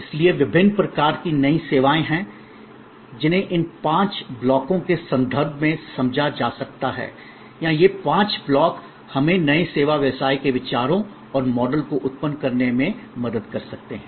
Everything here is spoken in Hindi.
इसलिए विभिन्न प्रकार की नई सेवाएँ हैं जिन्हें इन पाँच ब्लॉकों के संदर्भ में समझा जा सकता है या ये पाँच ब्लॉक हमें नए सेवा व्यवसाय के विचारों और मॉडल को उत्पन्न करने में मदद कर सकते हैं